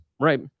right